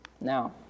now